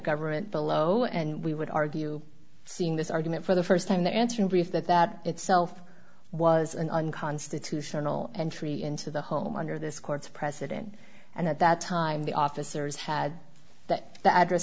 government below and we would argue seeing this argument for the st time the answer in brief that that itself was an unconstitutional entry into the home under this court's precedent and at that time the officers had that the address